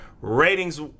ratings